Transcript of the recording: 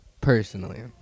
Personally